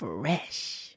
Fresh